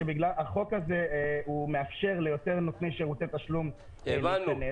החוק הזה מאפשר ליותר נותני שירותי תשלום להיכנס,